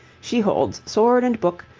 she holds sword and book,